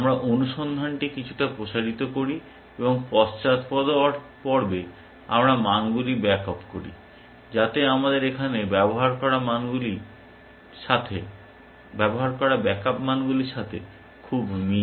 আমরা অনুসন্ধানটি কিছুটা প্রসারিত করি এবং পশ্চাদপদ পর্বে আমরা মানগুলি ব্যাকআপ করি যাতে আমাদের এখানে ব্যবহার করা ব্যাকআপ মানগুলির সাথে খুব মিল